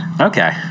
okay